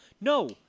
no